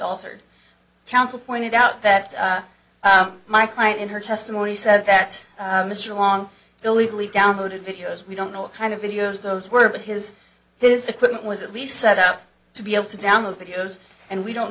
altered counsel pointed out that my client in her testimony says that mr long illegally downloaded videos we don't know what kind of videos those were but his his equipment was at least set up to be able to download videos and we don't